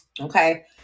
okay